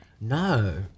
No